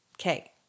Okay